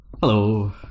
Hello